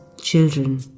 children